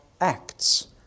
acts